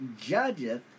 judgeth